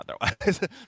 otherwise